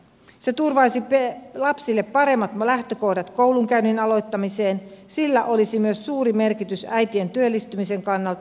se turvaisi lapsille paremmat lähtökohdat koulunkäynnin aloittamiseen ja sillä olisi myös suuri merkitys äitien työllistymisen kannalta